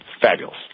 fabulous